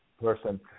person